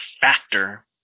factor